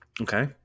okay